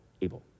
able